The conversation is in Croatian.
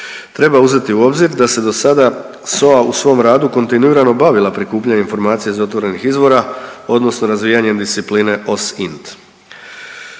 Treba uzeti u obzir da se do sada SOA u svom radu kontinuirano bavila prikupljanjem informacija iz otvorenih izvora odnosno razvijanjem discipline OSINT.